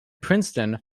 princeton